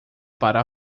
para